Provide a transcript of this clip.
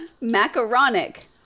Macaronic